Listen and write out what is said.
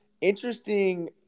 Interesting